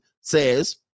says